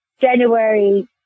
January